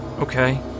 Okay